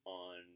on